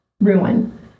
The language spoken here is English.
ruin